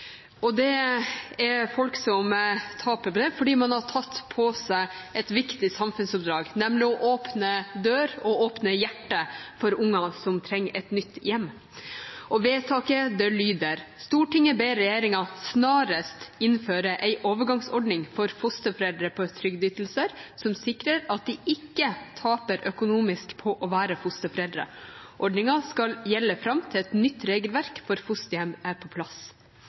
arbeidsløshet. Dette er folk som taper på at man har tatt på seg et viktig samfunnsoppdrag, nemlig å åpne døra og hjertet for unger som trenger et nytt hjem. Vedtaket lyder: «Stortinget ber regjeringa snarast innføre ei overgangsordning for fosterforeldre på trygdeytingar, som sikrar at dei ikkje tapar økonomisk på å vere fosterforeldre. Ordninga skal gjelde fram til eit nytt regelverk for fosterheimar er på plass.»